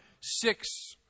six